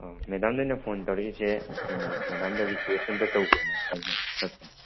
ꯑꯥ ꯃꯦꯗꯥꯝꯗ ꯑꯩꯅ ꯐꯣꯟ ꯇꯧꯔꯛꯏꯁꯦ ꯑꯩꯅ ꯃꯦꯗꯥꯝꯗ ꯔꯤꯀ꯭ꯋꯦꯁ ꯑꯃꯇꯥ ꯇꯧꯒꯦꯅ ꯍꯥꯏꯅ ꯆꯠꯄꯅꯤ